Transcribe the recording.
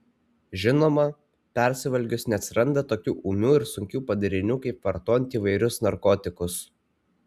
žinoma persivalgius neatsiranda tokių ūmių ir sunkių padarinių kaip vartojant įvairius narkotikus